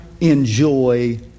Enjoy